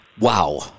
Wow